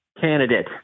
candidate